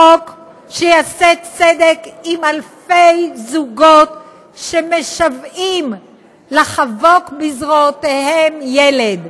החוק שיעשה צדק עם אלפי זוגות שמשוועים לחבוק בזרועותיהם ילד,